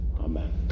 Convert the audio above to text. Amen